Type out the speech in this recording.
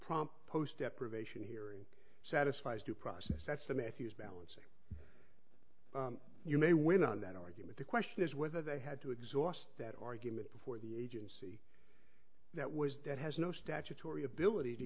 prompt post deprivation here satisfies due process that's the mathews balance you may win on that argument the question is whether they had to exhaust that argument before the agency that was dead has no statutory ability to